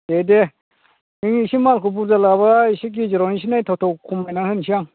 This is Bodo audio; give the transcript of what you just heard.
दे दे नों एसे मालखौ बुरजा लाबा एसे गेजेरावनो एसे नायथाव थाव खमायनानै होनोसै आं